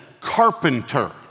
carpenter